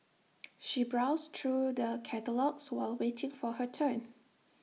she browsed through the catalogues while waiting for her turn